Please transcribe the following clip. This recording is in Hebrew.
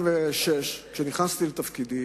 בשנת 2006, באותו הקיץ, כשנכנסתי לתפקיד,